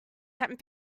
tent